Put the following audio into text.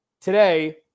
Today